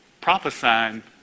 prophesying